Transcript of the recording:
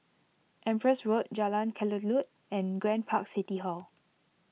Empress Road Jalan Kelulut and Grand Park City Hall